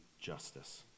justice